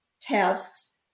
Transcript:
tasks